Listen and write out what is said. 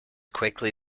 quickly